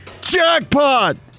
Jackpot